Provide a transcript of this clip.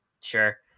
Sure